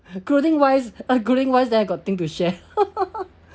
clothing wise uh clothing wise that I got thing to share